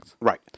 Right